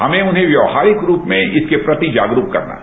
हमें उन्हें व्यवहारिक रूप में इसके प्रति जागरूक करना है